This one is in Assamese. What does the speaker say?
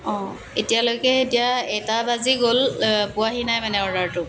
অঁ এতিয়ালৈকে এতিয়া এটা বাজি গ'ল পোৱাহি নাই মানে অৰ্ডাৰটো